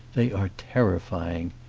they are terrifying.